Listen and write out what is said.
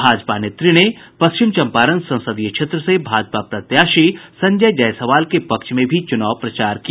भाजपा नेत्री ने पश्चिम चंपारण संसदीय क्षेत्र से भाजपा प्रत्याशी संजय जायवाल के पक्ष में भी चुनाव प्रचार किया